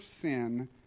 sin